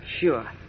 Sure